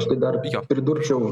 aš tai dar pridurčiau